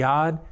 God